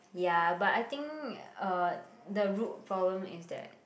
ya but I think uh the root problem is that